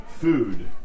food